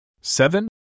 Seven